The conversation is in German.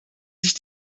sich